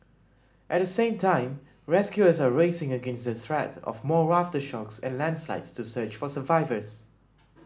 at the same time rescuers are racing against the threat of more aftershocks and landslides to search for survivors